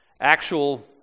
Actual